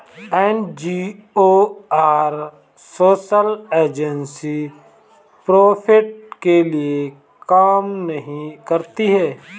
NGO और social agency profit के लिए काम नहीं करती है